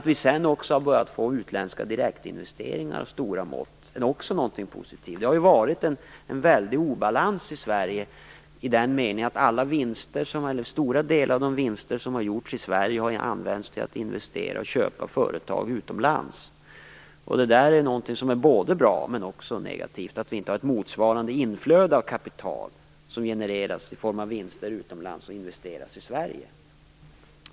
Vi har också börjat få utländska direktinvesteringar av stora mått är också något positivt. Det har varit en stor obalans i Sverige i den meningen att stora delar av de vinster som har gjorts i Sverige har använts till att investera och köpa företag utomlands. Detta är något som är bra men också negativt, dvs. att vi inte har ett motsvarande inflöde av kapital som genereras i form av vinster utomlands och investeras i Sverige.